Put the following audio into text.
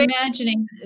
imagining